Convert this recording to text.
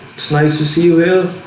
it's nice to see you.